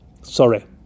Sorry